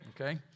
okay